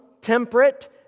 temperate